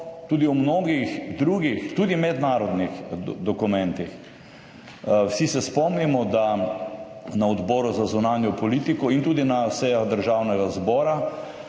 tudi o mnogih drugih, tudi mednarodnih dokumentih. Vsi se spomnimo, da na Odboru za zunanjo politiko in tudi na sejah Državnega zbora